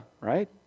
right